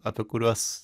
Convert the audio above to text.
apie kuriuos